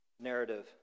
narrative